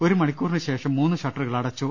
ഒരു മണിക്കൂറിനു ശേഷം മൂന്നു ഷട്ടറുകൾ അടച്ചു